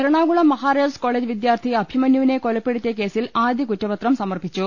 Ernakulam Maharaja's college വിദ്യാർത്ഥി അഭിമന്യുവിനെ കൊലപ്പെടുത്തിയ കേസിൽ ആദ്യ കുറ്റപത്രം സമർപ്പിച്ചു